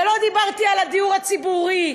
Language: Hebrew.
ולא דיברתי על הדיור הציבורי.